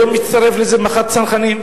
היום מצטרף לזה מח"ט הצנחנים,